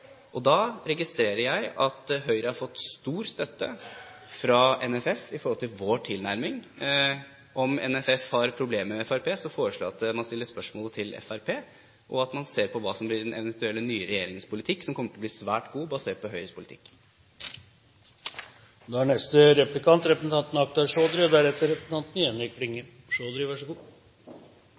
Jeg registrerer at vi i Høyre har fått stor støtte fra NFF til vår tilnærming. Om NFF har problemer med Fremskrittspartiet, foreslår jeg at man stiller spørsmålet til Fremskrittspartiet, og at man ser på hva som blir den eventuelt nye regjeringens politikk, som kommer til å bli svært god, basert på Høyres